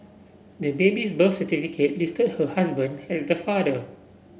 the baby's birth certificate listed her husband as the father